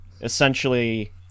essentially